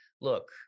look